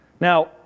Now